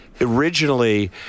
originally